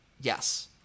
yes